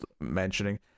mentioning